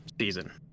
season